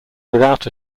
without